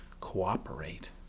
cooperate